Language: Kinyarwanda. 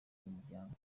umuryango